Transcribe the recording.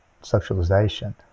socialization